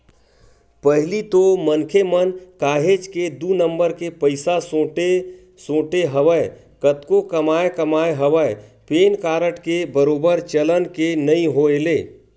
पहिली तो मनखे मन काहेच के दू नंबर के पइसा सोटे सोटे हवय कतको कमाए कमाए हवय पेन कारड के बरोबर चलन के नइ होय ले